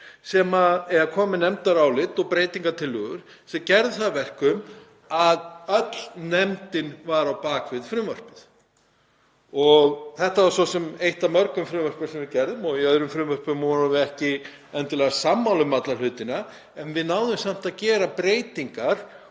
sem nefnd að koma með nefndarálit og breytingartillögur sem gerðu það að verkum að öll nefndin var á bak við frumvarpið. Þetta var svo sem eitt af mörgum frumvörpum sem við fjölluðum um og í öðrum frumvörpum vorum við ekki endilega sammála um alla hluti en við náðum samt að gera breytingar